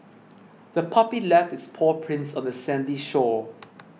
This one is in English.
the puppy left its paw prints on the sandy shore